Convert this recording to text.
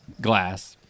glass